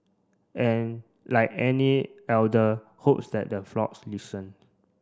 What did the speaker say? and like any elder hopes that the flocks listen